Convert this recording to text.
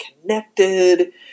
connected